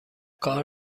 کار